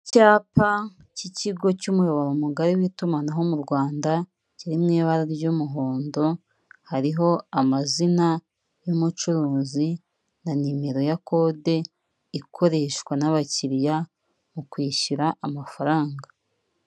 Icyapa cy'ikigo cy'umuyoboro mugari w'itumanaho mu Rwanda kiri mu ibara ry'umuhondo, hariho amazina y'umucuruzi na nimero ya kode ikoreshwa n'abakiriya mu kwishyura amafaranga.